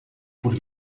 por